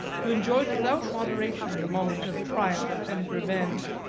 who enjoyed without moderation the moment of triumph and revenge.